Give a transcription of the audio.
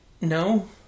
No